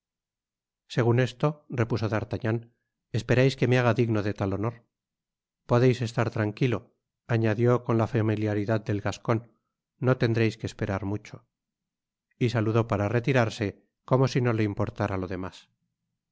segun esto repuso d'artagnan esperais que me haga digno de tal honor podeis estar tranquilo añadió con la familiaridad del gascon no tendreis que esperar mucho y saludó para retirarse como si no le importára lo demás